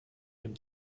dem